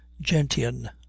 gentian